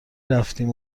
رفتیم